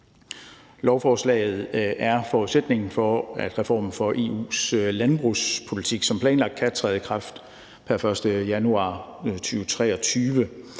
lovforslaget er forudsætningen for, at reformen af EU's landbrugspolitik som planlagt kan træde i kraft pr. 1. januar 2023.